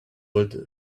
would